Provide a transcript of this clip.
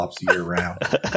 year-round